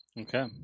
Okay